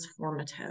transformative